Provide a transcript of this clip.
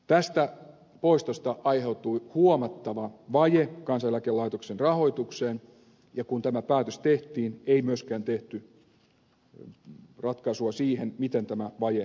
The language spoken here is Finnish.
tästä poistosta aiheutui huomattava vaje kansaneläkelaitoksen rahoitukseen ja kun tämä päätös tehtiin ei myöskään tehty ratkaisua siihen miten tämä vaje korjataan